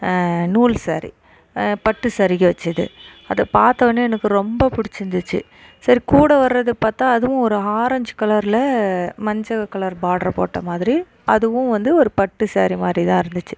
நூல் ஸேரீ பட்டு சரிகை வச்சது அதை பார்த்தோன்னே எனக்கு ரொம்ப பிடிச்சிருந்துச்சி சரி கூட வர்றது பார்த்தா அதுவும் ஒரு ஆரஞ்சு கலர்ல மஞ்சள் கலர் பாட்ரு போட்ட மாதிரி அதுவும் வந்து ஒரு பட்டு ஸேரீ மாதிரிதான் இருந்துச்சு